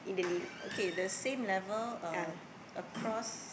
okay the same level um across